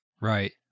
right